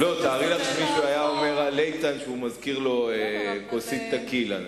תארי לך שמישהו היה אומר על איתן שהוא מזכיר לו כוסית טקילה,